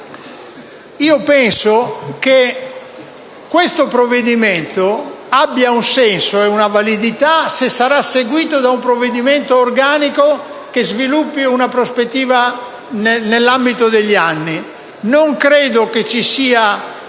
antisismica. Questo provvedimento avrà un senso e una validità se sarà seguito da un provvedimento organico che sviluppi una prospettiva nell'ambito degli anni. Non credo ci sia